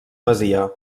masia